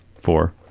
four